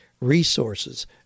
resources